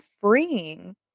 freeing